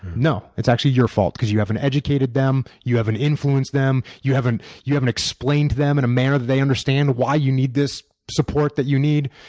no, it's actually your fault because you haven't educated them, you haven't influenced them, you haven't you haven't explained to them in a manner they understand why you need this support that you need.